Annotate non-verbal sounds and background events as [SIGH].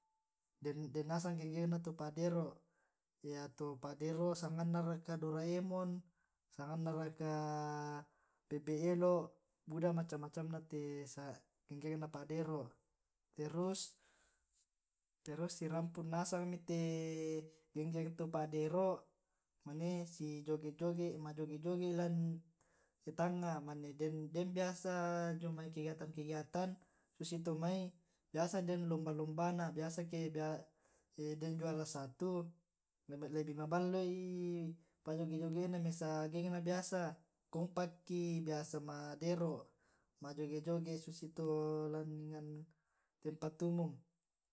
Den nasang geng gengna to' pa' dero yato pa' dero sanganna raka doraemon sanganna raka bebbe' elo' buda macam macamna tee sanga gengna pa' dero. terus sirampun nasang mitee geng geng to pa' dero mane si joge' joge ma' joge' joge i lan tangnga mane den den biasa jomai kegiatan kegiatan susi to' mai biasa den lomba lombana biasa ke den juara satu lebih maballoi pa' joge' jege'na mesa' geng, biasa kompak ii biasa ma'dero' ma' joge' joge' susi to' lan tempat umum [HESITATION]